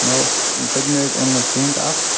مےٚ اوس ٲں پٔتمہِ لَٹہِ اوٚنمُت ٹیٚنٛٹ اَکھ